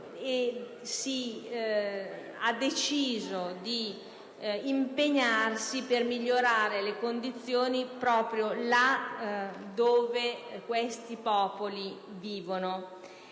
e quindi ha deciso di impegnarsi per migliorare le condizioni proprio laddove questi popoli vivono.